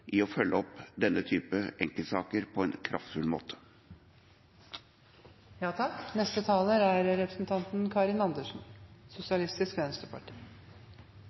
i å følge opp denne typen enkeltsaker på en kraftfull måte. Det som representanten Kolberg tok opp, er